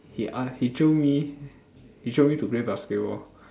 he ask he jio me he jio me to play basketball